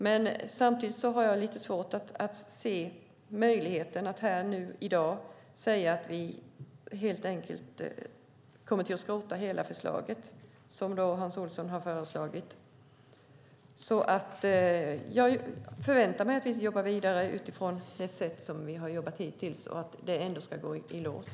Men samtidigt har jag lite svårt att se möjligheten att här i dag säga att vi kommer att skrota hela förslaget, vilket är vad Hans Olsson har föreslagit. Jag förväntar mig att vi jobbar vidare på det sätt som vi har jobbat hittills och att det ändå ska gå i lås.